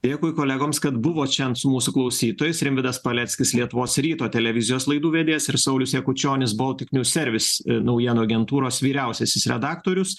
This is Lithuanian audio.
dėkui kolegoms kad buvot šiandien su mūsųklausytojais rimvydas paleckis lietuvos ryto televizijos laidų vedėjas ir saulius jakučionis boltik nju servis naujienų agentūros vyriausiasis redaktorius